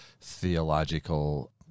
theological